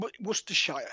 Worcestershire